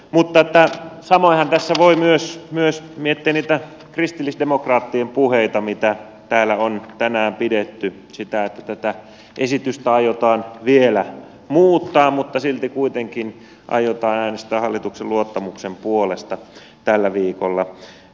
mutta samoinhan tässä voi miettiä myös niitä kristillisdemokraattien puheita mitä täällä on tänään pidetty sitä että tätä esitystä aiotaan vielä muuttaa mutta silti kuitenkin aiotaan äänestää hallituksen luottamuksen puolesta tällä viikolla